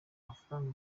amafaranga